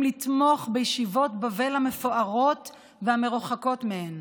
לתמוך בישיבות בבל המפוארות והמרוחקות מהן.